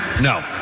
No